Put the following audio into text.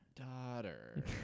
Daughter